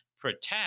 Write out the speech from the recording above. protect